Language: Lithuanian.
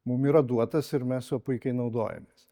mum yra duotas ir mes juo puikiai naudojamės